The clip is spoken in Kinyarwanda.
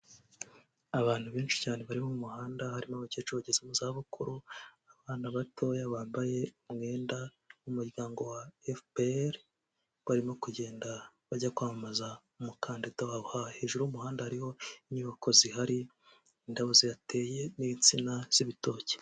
Abantu benshi cyane bari mu muhanda harimo abakecuru bageza mu za bukuru abana batoya bambaye umwenda w'umuryango wa efuperi barimo kugenda bajya kwampamaza umukandida wabo hejuru y'umuhanda hariho inyubako zihari, indabo zihateye n'insina z'ibitoki.